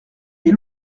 les